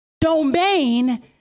domain